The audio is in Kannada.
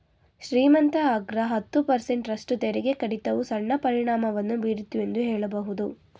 ಶ್ರೀಮಂತ ಅಗ್ರ ಹತ್ತು ಪರ್ಸೆಂಟ್ ರಷ್ಟು ತೆರಿಗೆ ಕಡಿತವು ಸಣ್ಣ ಪರಿಣಾಮವನ್ನು ಬೀರಿತು ಎಂದು ಹೇಳಬಹುದು